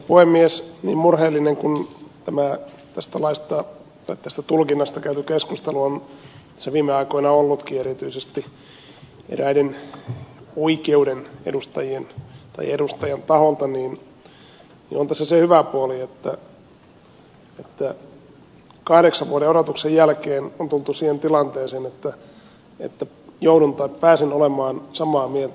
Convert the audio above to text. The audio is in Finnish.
niin murheellinen kuin tästä tulkinnasta käyty keskustelu on tässä viime aikoina ollutkin erityisesti erään oikeuden edustajan taholta niin on tässä se hyvä puoli että kahdeksan vuoden odotuksen jälkeen on tultu siihen tilanteeseen että joudun tai pääsen olemaan samaa mieltä ed